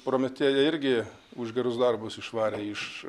prometėją irgi už gerus darbus išvarė iš